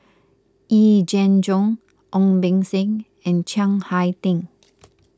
Yee Jenn Jong Ong Beng Seng and Chiang Hai Ding